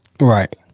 Right